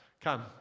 come